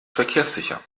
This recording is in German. verkehrssicher